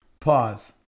pause